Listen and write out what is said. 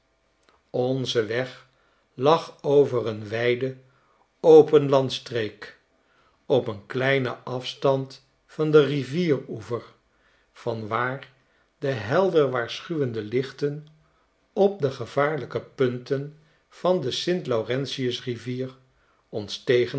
onze weg lag over een wijde open landstreek op een kleinen afstand van den rivieroever van waar dehelder waarschuwendelichten op de gevaarlijke punten van de st laurentius rivier